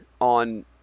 on –